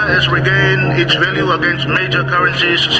has regained its value against major currencies